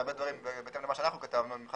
בהרבה דברים בהתאם למה שאנחנו כתבנו מבחינת